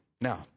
Now